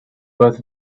both